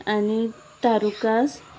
आनी तारुकास